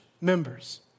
members